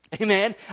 Amen